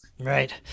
Right